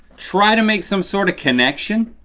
try to make some sort of connection,